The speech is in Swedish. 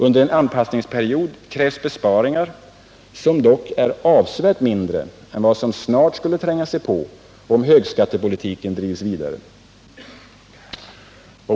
Under en anpassningsperiod krävs besparingar, vilka dock är avsevärt mindre än de som snart skulle tränga sig på, om högskattepolitiken drevs vidare.